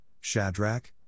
Shadrach